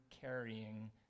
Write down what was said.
carrying